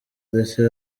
ndetse